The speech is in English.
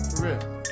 real